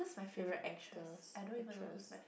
favourite actors actress